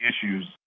issues